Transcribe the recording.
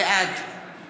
בעד